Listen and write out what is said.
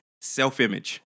self-image